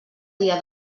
dia